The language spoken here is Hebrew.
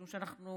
משום שאנחנו